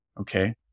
Okay